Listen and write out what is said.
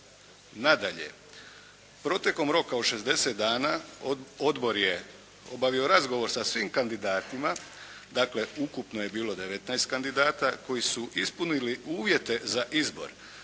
Nadalje, protekom roka od 60 dana odbor je obavio razgovor sa svim kandidatima, dakle ukupno je bilo 19 kandidata koji su ispunili uvjete za izbor,